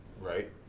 Right